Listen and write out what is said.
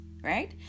right